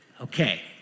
Okay